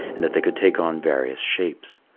and that they could take on various shapes.